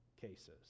cases